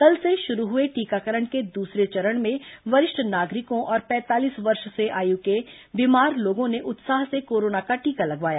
कल से शुरू हुए टीकाकरण के दूसरे चरण में वरिष्ठ नागरिकों और पैंतालीस वर्ष से आयु के बीमार लोगों ने उत्साह से कोरोना टीका लगवाया